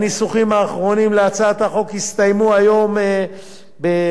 הניסוחים האחרונים של הצעת החוק הסתיימו היום ב-17:15,